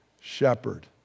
shepherd